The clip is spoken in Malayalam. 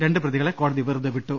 രണ്ട് പ്രതികളെ കോടതി വെറുതെ വിട്ടു